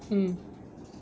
mm